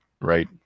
right